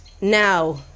now